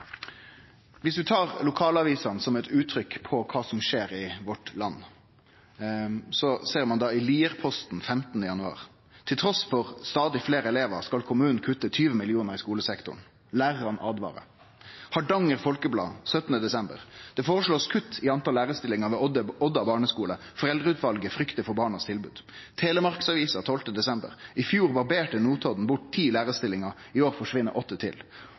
tar lokalavisene som eit uttrykk for det som skjer i landet vårt, ser ein i Lierposten frå 15. januar at trass i stadig fleire elevar skal kommunen kutte 20 mill. kr i skolesektoren. Lærarane åtvarar. Hardanger Folkeblad 17. desember: Det blir føreslått å kutte i talet på lærarstillingar ved Odda barneskole. Foreldreutvalet fryktar for tilbodet til barna. Telemarksavisa 12. desember: I fjor barberte Notodden bort ti lærarstillingar, i år forsvinn åtte til